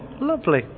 lovely